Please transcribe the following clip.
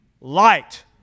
light